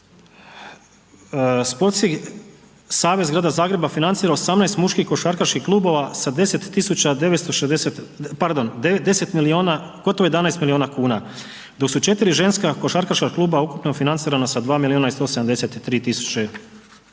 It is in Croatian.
Sportski savez Grada Zagreba financira 18 muških košarkaških klubova sa 10 milijuna, gotovo 11 milijuna kuna, dok su 4 ženska košarkaška kluba ukupno financirana sa 2 milijuna i 183 tisuće kuna.